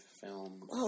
film